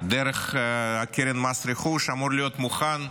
דרך קרן מס רכוש אמור להיות מוכן,